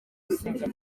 usenga